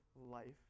life